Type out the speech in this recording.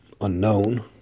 unknown